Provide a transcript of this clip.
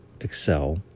excel